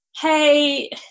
Hey